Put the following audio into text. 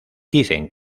dicen